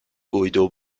guido